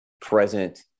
present